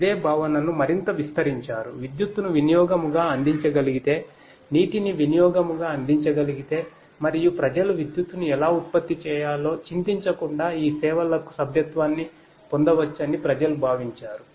ఇదే భావనను మరింత విస్తరించారు విద్యుత్తును వినియోగముగా అందించగలిగితే నీటిని వినియోగముగా అందించగలిగితే మరియు ప్రజలు విద్యుత్తును ఎలా ఉత్పత్తి చేయాలో చింతించకుండా ఈ సేవలకు సభ్యత్వాన్ని పొందవచ్చని ప్రజలు భావించారు